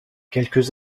quelques